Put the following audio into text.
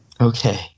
Okay